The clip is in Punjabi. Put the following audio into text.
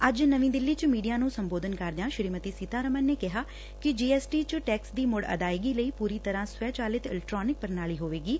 ਅੱਜ ਨਵੀਂ ਦਿੱਲੀ ਚ ਮੀਡੀਆ ਨੂੰ ਸੰਬੋਧਨ ਕਰਦਿਆਂ ਸ੍ੀਮਤੀ ਸੀਤਾਰਮਨ ਨੇ ਕਿਹਾ ਕਿ ਜੀ ਐਸ ਟੀ ਚ ਟੈਕਸ ਦੀ ਮੁੜ ਅਦਾਇਗੀ ਲਈ ਪੁਰੀ ਤਰਾਂ ਸਵੈ ਚਾਲਿਤ ਇਲੈਕਟਰਾਨਿਕ ਪ੍ਰਣਾਲੀ ਹੋਏਗੀ